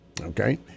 Okay